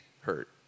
hurt